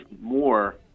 more